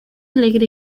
alegre